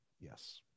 Yes